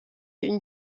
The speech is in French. une